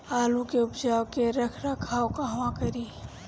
आलू के उपज के रख रखाव कहवा करी?